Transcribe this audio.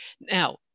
Now